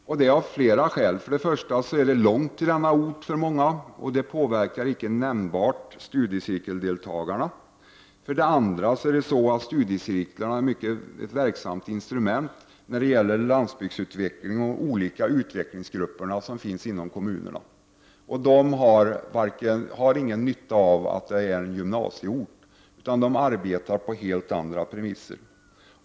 Skälen är flera. För det första kan det för många vara långt till denna ort. Dessutom påverkas inte studiecirkeldeltagarna nämnvärt. För det andra är studiecirklarna ett verksamt instrument när det gäller landsbygdens utveckling och de olika utvecklingsgrupper som finns ute i kommunerna. För dem spelar det ingen roll att en ort är en s.k. gymnasieort. De arbetar under helt andra premisser.